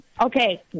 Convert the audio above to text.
okay